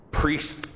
Priest